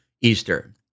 Easter